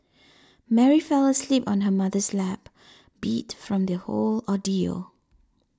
Mary fell asleep on her mother's lap beat from the whole ordeal